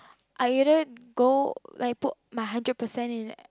I either go like put my hundred percent in